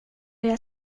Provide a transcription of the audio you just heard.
jag